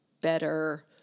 better